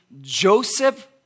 Joseph